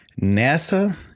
NASA